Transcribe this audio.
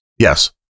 yes